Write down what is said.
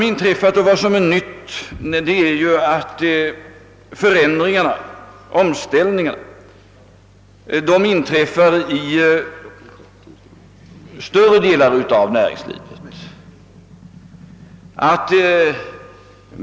Det nya är att förändringarna, omställningarna, inträffar i större delar av näringslivet.